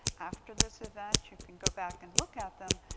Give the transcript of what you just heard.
after this event, you can go back and look at them,